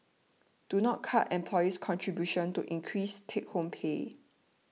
do not cut employee's contributions to increase take home pay